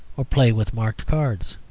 or play with marked cards.